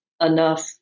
enough